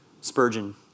Spurgeon